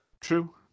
True